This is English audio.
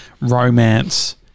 romance